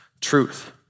truth